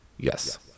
Yes